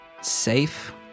safe